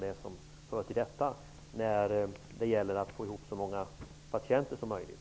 Det gäller ju att få ihop så många patienter som möjligt.